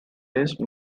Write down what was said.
race